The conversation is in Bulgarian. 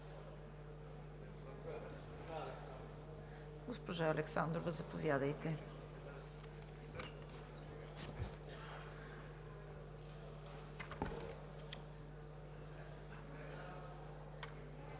Госпожо Александрова, заповядайте.